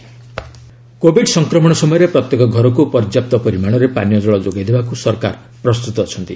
ଜଳ Shakti ministry covid ସଂକ୍ରମଣ ସମୟରେ ପ୍ରତ୍ୟେକ ଘରକୁ ପର୍ଯ୍ୟାପ୍ତ ପରିମାଣରେ ପାନୀୟ ଜଳ ଯୋଗାଇ ଦେବାକୁ ସରକାର ପ୍ରସ୍ତତ ଅଛନ୍ତି